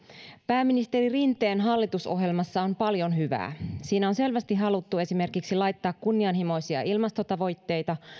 pääministeri rinteen hallitusohjelmassa on paljon hyvää siinä on selvästi haluttu esimerkiksi laittaa kunnianhimoisia ilmastotavoitteita